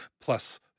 plus